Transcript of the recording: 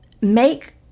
make